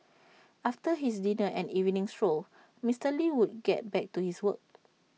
after his dinner and evening stroll Mister lee would get back to his work